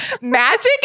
magic